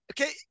Okay